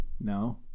No